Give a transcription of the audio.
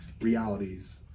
realities